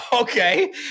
okay